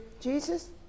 Jesus